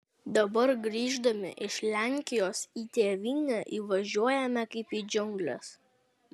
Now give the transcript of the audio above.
dabar grįždami iš lenkijos į tėvynę įvažiuojame kaip į džiungles